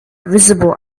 visible